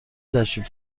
تشریف